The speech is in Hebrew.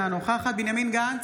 אינה נוכחת בנימין גנץ,